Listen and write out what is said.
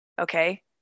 Okay